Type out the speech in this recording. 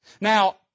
Now